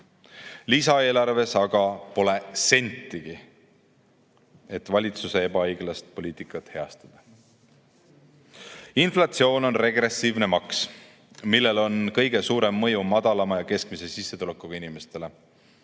Lisaeelarves aga pole sentigi, et valitsuse ebaõiglast poliitikat heastada. Inflatsioon on regressiivne maks, millel on kõige suurem mõju madala ja keskmise sissetulekuga inimestele.